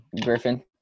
griffin